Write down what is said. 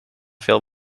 veel